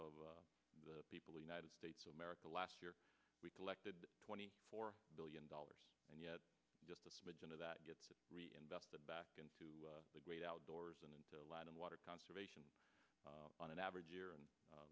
of the people united states of america last year we collected twenty four billion dollars and yet just a smidgen of that gets to reinvest back into the great outdoors and a lot of water conservation on an average year and